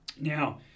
Now